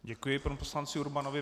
Děkuji panu poslanci Urbanovi.